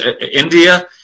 India